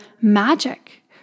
magic